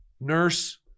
nurse